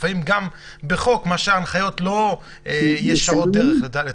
לפעמים כדי לשנות חוק כשההנחיות לא ישרות דרך לטעמנו.